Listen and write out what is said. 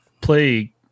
play